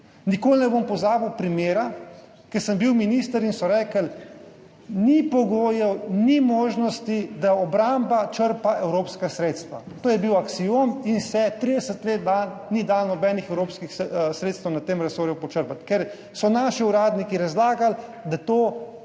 Nikoli ne bom pozabil primera, ko sem bil minister, so rekli, ni pogojev, ni možnosti, da obramba črpa evropska sredstva. To je bil aksiom in se 30 let ni dalo počrpati nobenih evropskih sredstev iz tega resorja, ker so naši uradniki razlagali, da do tega